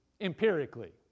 empirically